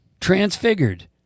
Transfigured